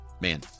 man